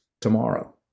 tomorrow